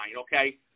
okay